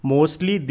Mostly